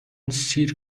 سیر